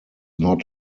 not